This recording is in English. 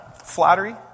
Flattery